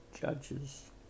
Judges